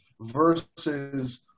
versus